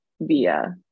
via